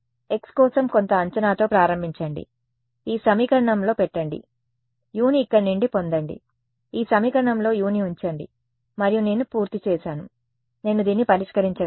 x కోసం కొంత అంచనాతో ప్రారంభించండి ఈ సమీకరణంలో పెట్టండి U ని ఇక్కడి నుండి పొందండి ఈ సమీకరణంలో U ని ఉంచండి మరియు నేను పూర్తి చేసాను నేను దీన్ని పరిష్కరించగలను